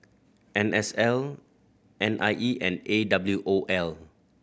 N S L N I E and A W O L